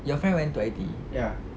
your friend went to I_T_E